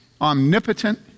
omnipotent